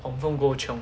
confirm go chiong